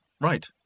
Right